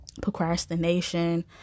procrastination